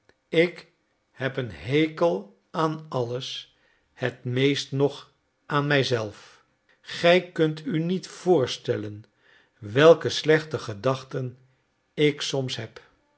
ik heb een hekel aan alles het meest nog aan mij zelf gij kunt u niet voorstellen welke slechte gedachten ik somtijds heb